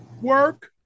work